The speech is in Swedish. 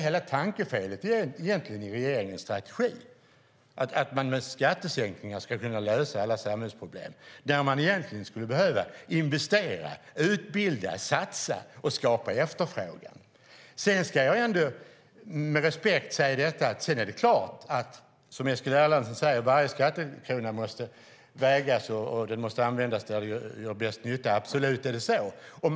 Hela tankefelet i regeringens strategi är att man med skattesänkningar ska kunna lösa alla samhällsproblem när man egentligen skulle behöva investera, utbilda, satsa och skapa efterfrågan. Sedan ska jag med respekt säga detta: Som Eskil Erlandsson säger är det klart att varje skattekrona måste vägas och användas där den gör bäst nytta. Så är det absolut.